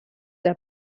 der